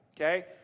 Okay